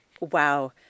wow